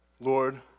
Lord